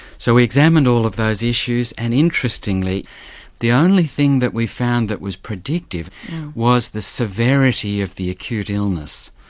so we examined all of those issues and interestingly the only thing that we found that was predictive was the severity of the acute illness.